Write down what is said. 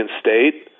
State